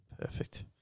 Perfect